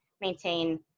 maintain